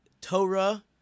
Torah